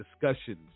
discussions